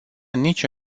nicio